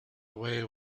away